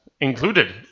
included